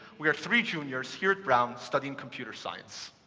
we are three juniors here at brown studying computer science.